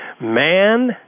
Man